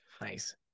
Nice